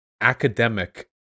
academic